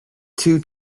two